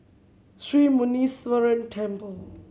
Sri Muneeswaran Temple